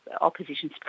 opposition